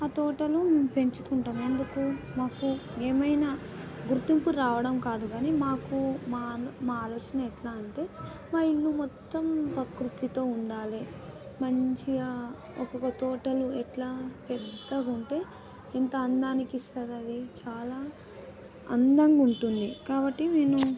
ఆ తోటలు మేము పెంచుకుంటాము ఎందుకు మాకు ఏమైనా గుర్తింపు రావడం కాదు కాని మాకు మా మా ఆలోచన ఎట్లా అంటే మా ఇల్లు మొత్తం ప్రకృతితో ఉండాలి మంచిగా ఒక్కొక్క తోటలు ఎట్లా పెద్దగా ఉంటే ఇంత అందానికిస్తదది చాలా అందంగా ఉంటుంది కాబట్టి నేను